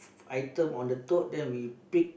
item on the tote then we pick